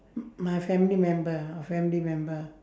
m~ my family member our family member